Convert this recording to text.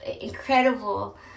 incredible